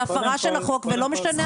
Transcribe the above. זו הפרה של החוק ולא משנה התירוץ.